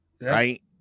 right